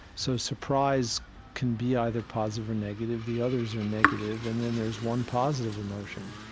so surprise can be either positive or negative. the others are negative, and then there's one positive emotion.